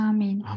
Amen